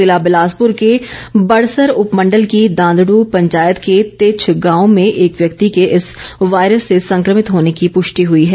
ज़िला बिलासपुर के बड़सर उपमंडल की दांदडु पंचायत के तेच्छ गांव में एक व्यक्ति के इस वायरस से संक्रमित होने की पूष्टी हुई है